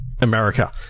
America